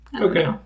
Okay